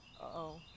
uh-oh